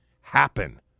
happen